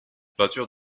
peintures